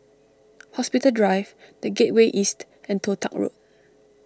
Hospital Drive the Gateway East and Toh Tuck Road